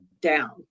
down